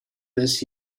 this